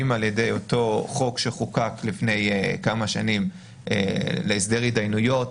אם על-ידי אותו חוק שחוקק לפני כמה שנים להסדר התדיינויות